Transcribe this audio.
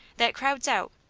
that crowds out,